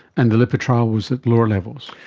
and the lipid trial was at lower levels.